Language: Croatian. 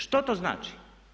Što to znači?